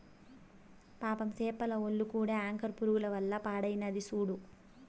పాపం సేపల ఒల్లు కూడా యాంకర్ పురుగుల వల్ల పాడైనాది సూడు